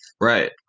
right